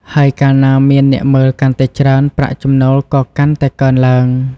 ហើយកាលណាមានអ្នកមើលកាន់តែច្រើន ប្រាក់ចំណូលក៏កាន់តែកើនឡើង។